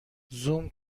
زوم